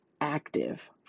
active